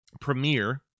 premiere